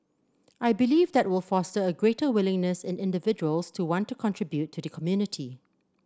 I believe that will foster a greater willingness in individuals to want to contribute to the community